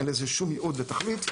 אין לזה שום ייעוד ותכלית.